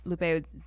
Lupe